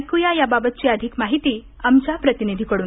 ऐक्या याबाबत अधिक माहिती आमच्या प्रतिनिधीकडून